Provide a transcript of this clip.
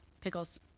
Pickles